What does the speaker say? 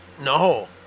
No